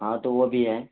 ہاں تو وہ بھی ہے